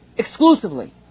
Exclusively